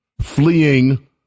fleeing